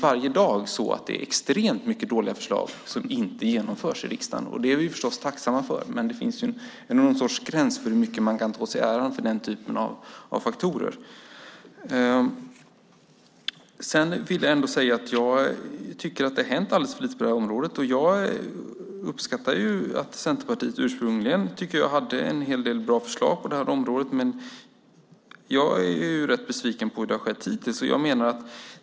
Varje dag är det dock extremt många dåliga förslag som inte genomförs i riksdagen. Det är vi förstås tacksamma för, men det finns alltså någon sorts gräns för hur mycket man kan ta åt sig äran för när det gäller den typen av faktorer. Jag vill ändå säga att jag tycker att det har hänt alldeles för lite på detta område. Jag uppskattar att Centerpartiet ursprungligen, som jag tyckte, hade en hel del bra förslag på detta område, men jag är rätt besviken på hur det har gått till hittills.